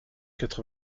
quatre